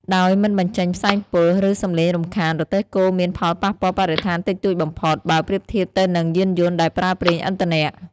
ដោយមិនបញ្ចេញផ្សែងពុល ឬសំឡេងរំខាន រទេះគោមាន ផលប៉ះពាល់បរិស្ថានតិចតួចបំផុត បើប្រៀបធៀបទៅនឹងយានយន្តដែលប្រើប្រេងឥន្ធនៈ ។